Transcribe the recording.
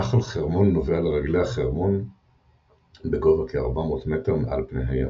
נחל חרמון נובע לרגלי החרמון בגובה כ-400 מ' מעל פני הים,